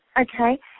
Okay